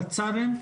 תצה"רים,